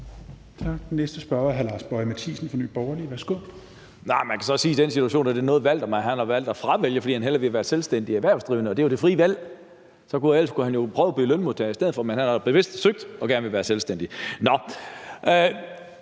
næste spørger er hr. Lars Boje Mathiesen fra Nye Borgerlige. Værsgo.